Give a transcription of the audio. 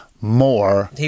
More